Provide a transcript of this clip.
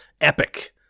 Epic